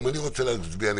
גם אני רוצה להצביע נגדו.